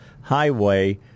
highway